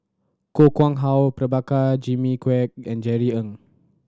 Koh Nguang How Prabhakara Jimmy Quek and Jerry Ng